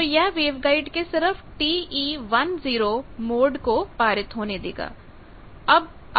तो यह वेवगाइड के सिर्फ TE10मोड को पारित होने देगा